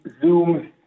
Zoom